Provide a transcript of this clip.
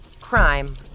Crime